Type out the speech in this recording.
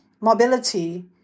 mobility